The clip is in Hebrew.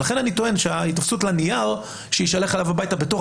לכן אני טוען שההיתפסות לנייר שיישלח אליו הביתה בתור